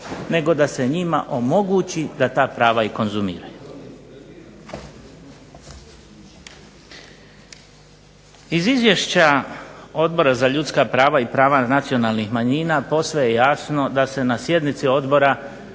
nego da se njima omogući da ta prava i konzumiraju. Iz izvješća Odbora za ljudska prava i prava nacionalnih manjina posve je jasno da se na sjednici odbora